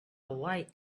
light